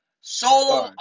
solo